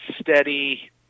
steady